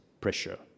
pressure